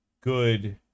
good